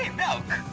ah milk.